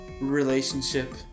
Relationship